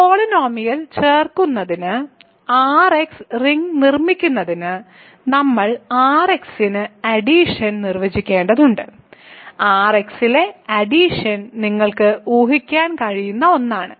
പോളിനോമിയലുകൾ ചേർക്കുന്നതിന് Rx ring നിർമ്മിക്കുന്നതിന് നമ്മൾ Rx ന് അഡിഷൻ നിർവ്വചിക്കേണ്ടതുണ്ട് Rx ലെ അഡിഷൻ നിങ്ങൾക്ക് ഊഹിക്കാൻ കഴിയുന്ന ഒന്നാണ്